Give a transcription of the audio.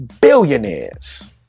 billionaires